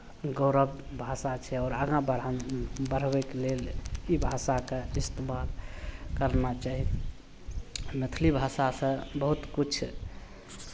गौरव भाषा छियै आओर आगाँ बढ़ान बढ़बैके लेल ई भाषाके इस्तेमाल करना चाही मैथिली भाषासँ बहुत किछु